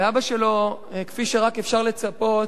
והאבא שלו, כפי שאפשר לצפות,